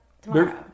tomorrow